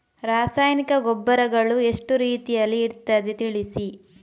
ರಾಸಾಯನಿಕ ಗೊಬ್ಬರಗಳು ಎಷ್ಟು ರೀತಿಯಲ್ಲಿ ಇರ್ತದೆ ತಿಳಿಸಿ?